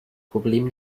problem